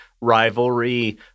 rivalry